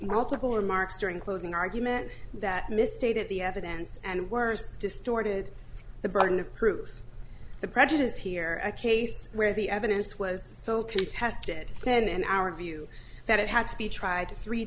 multiple remarks during closing argument that misstated the evidence and worse distorted the burden of proof the prejudice here a case where the evidence was so contested then in our view that it had to be tried three